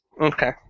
Okay